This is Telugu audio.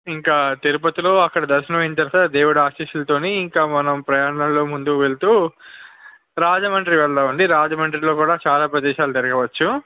ఇంకా తిరుపతిలో అక్కడ దర్శనం అయిన తరువాత దేవుడి ఆశీస్సులతో ఇంకా మనం ప్రయాణంలో ముందుకు వెళ్తూ రాజమండ్రి వెళదాము అండి రాజముండ్రిలో కూడా చాలా ప్రదేశాలు తిరగవచ్చు